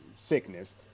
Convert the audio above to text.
sickness